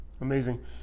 Amazing